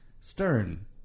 Stern